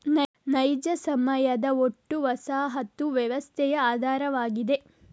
ನೈಜ ಸಮಯದ ಒಟ್ಟು ವಸಾಹತು ವ್ಯವಸ್ಥೆಯ ಆಧಾರವಾಗಿದೆ